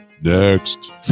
Next